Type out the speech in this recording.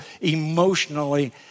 emotionally